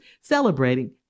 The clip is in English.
celebrating